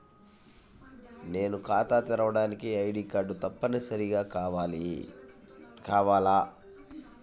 నేను ఖాతా తెరవడానికి ఐ.డీ కార్డు తప్పనిసారిగా కావాలా?